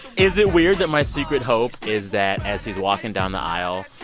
is it weird that my secret hope is that as he's walking down the aisle,